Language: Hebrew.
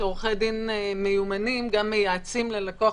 שעורכי דין מיומנים גם מייעצים ללקוח